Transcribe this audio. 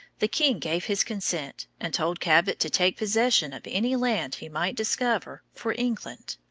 the king gave his consent, and told cabot to take possession of any land he might discover for england.